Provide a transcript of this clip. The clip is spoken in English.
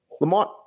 Lamont